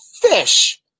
fish